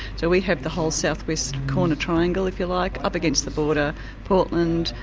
so we have the whole southwest corner triangle, if you like, up against the border, portland,